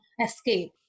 escape